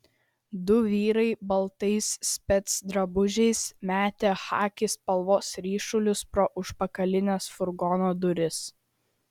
du vyrai baltais specdrabužiais mėtė chaki spalvos ryšulius pro užpakalines furgono duris